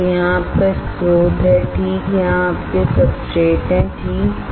तो यहाँ आपका स्रोत हैठीक यहाँ आपके सबस्ट्रेट्स हैं ठीक हैं